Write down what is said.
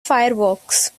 fireworks